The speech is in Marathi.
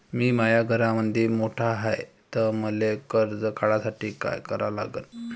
मी माया घरामंदी मोठा हाय त मले कर्ज काढासाठी काय करा लागन?